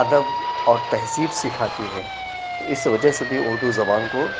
ادب اور تہذیب سکھاتی ہے تو اِس وجہ سے بھی اُردو زبان کو